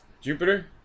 Jupiter